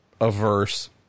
averse